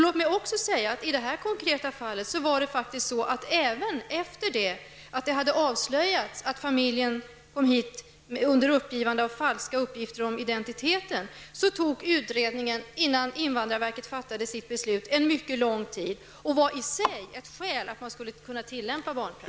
Låt mig också säga att det i det här konkreta fallet faktiskt var så att det även efter det att det avslöjats att familjen kommit hit under uppgivande av falska uppgifter om identitet tog väldigt lång tid innan invandrarverket fattade sitt beslut. Det var i sig ett skäl till att man skulle ha kunnat tillämpa barnpraxisen.